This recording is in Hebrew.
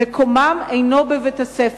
מקומם אינו בבית-הספר.